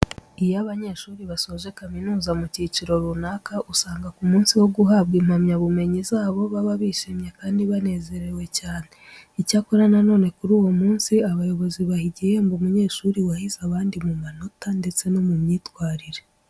Iyo abanyeshuri basoje kaminuza mu cyiciro runaka usanga ku munsi wo guhabwa impamyabumenyi zabo baba bishimye kandi banezerewe cyane. Icyakora na none kuri uwo munsi abayobozi baha igihembo umunyeshuri wahize abandi mu manota ndetse no mu myitwarire.